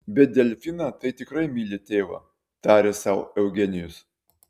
bet delfiną tai tikrai myli tėvą tarė sau eugenijus